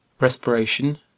Respiration